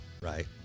Right